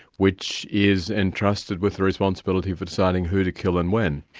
which is entrusted with the responsibility for deciding who to kill and when.